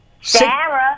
Sarah